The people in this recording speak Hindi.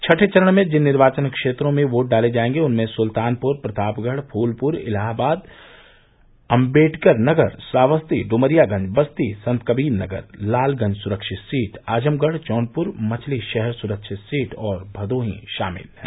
छठे चरण में जिन निर्वाचन क्षेत्रों में योट डाले जायेंगे उनमें सुल्तानपुर प्रतापगढ़ फूलपुर इलाहाबाद अम्बेडकर नगर श्रावस्ती डुमरियागंज बस्ती संतकबीर नगर लालगंज सुरक्षित सीट आजमगढ़ जौनपुर मछलीशहर सुरक्षित सीट और भदोही शामिल हैं